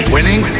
Winning